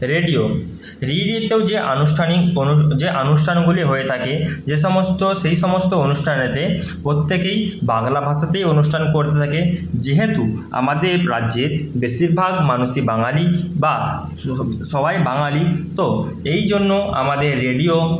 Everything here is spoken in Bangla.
রেডিও রেডিওতেও যে আনুষ্ঠানিক কোনও যে আনুষ্ঠানগুলি হয়ে থাকে যে সমস্ত সেই সমস্ত অনুষ্ঠানেতে প্রত্যেকেই বাংলা ভাষাতেই অনুষ্ঠান করতে থাকে যেহেতু আমাদের রাজ্যে বেশিরভাগ মানুষই বাঙালি বা সবাই বাঙালি তো এই জন্য আমাদের রেডিও